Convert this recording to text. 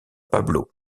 pablo